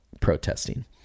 protesting